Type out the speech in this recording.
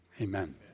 Amen